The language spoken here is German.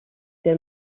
der